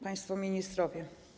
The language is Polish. Państwo Ministrowie!